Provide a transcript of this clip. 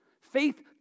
Faith